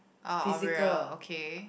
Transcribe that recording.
uh oreo okay